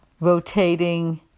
rotating